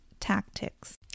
tactics